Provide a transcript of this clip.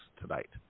tonight